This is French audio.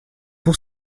pour